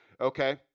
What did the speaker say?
Okay